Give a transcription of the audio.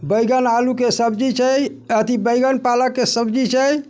बैगन आलू के सब्जी छै अथी बैगन पालक के सब्जी छै